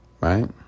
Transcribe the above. right